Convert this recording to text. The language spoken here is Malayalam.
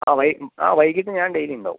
ആ ആ വൈകിട്ട് ഞാൻ ഡെയിലി ഉണ്ടാവും